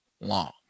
Long